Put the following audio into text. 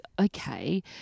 okay